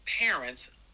parents